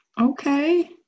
Okay